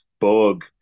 bug